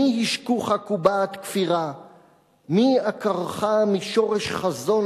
מי השקוך קובעת כפירה?/ מי עקרך משורש חזון